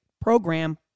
program